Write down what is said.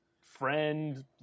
friend